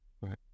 right